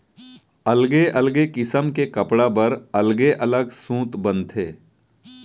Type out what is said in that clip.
अलगे अलगे किसम के कपड़ा बर अलगे अलग सूत बनथे